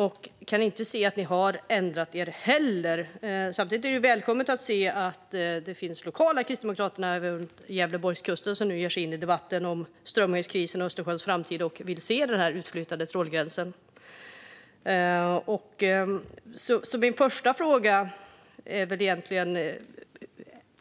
Jag kan inte se att ni har ändrat er heller. Samtidigt är det välkommet att se att det finns lokala kristdemokrater på Gävleborgskusten som nu ger sig in i debatten om strömmingskrisen och Östersjöns framtid och som vill se den utflyttade trålgränsen.